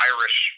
Irish